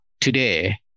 today